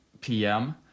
PM